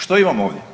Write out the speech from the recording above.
Što imamo ovdje?